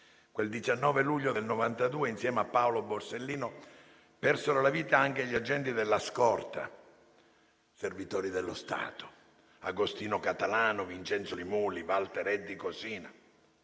Quel 19 luglio del 1992, insieme a Paolo Borsellino, persero la vita anche gli agenti della scorta, servitori dello Stato: Agostino Catalano, Vincenzo Li Muli, Walter Eddie Cosina,